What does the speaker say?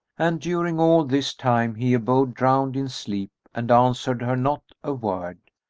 and during all this time he abode drowned in sleep and answered her not a word,